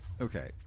okay